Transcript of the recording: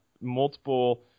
multiple